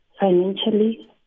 financially